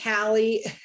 Callie